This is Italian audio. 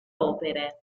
opere